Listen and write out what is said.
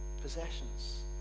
possessions